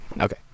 okay